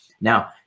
Now